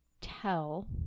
tell